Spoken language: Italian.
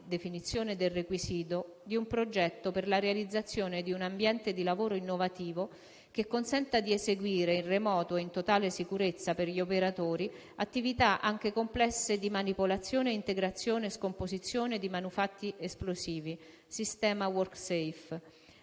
(definizione del requisito) di un progetto per la realizzazione di un ambiente di lavoro innovativo, che consenta di eseguire in remoto e in totale sicurezza per gli operatori attività anche complesse di manipolazione, integrazione e scomposizione di manufatti esplosivi (sistema *worksafe*).